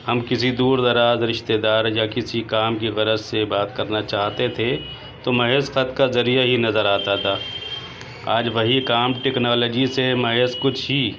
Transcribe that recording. ہم کسی دور دراز رشتے دار یا کسی کام کی غرض سے بات کرنا چاہتے تھے تو محض خط کا ذریعہ ہی نظر آتا تھا آج وہی کام ٹیکنالوجی سے محض کچھ ہی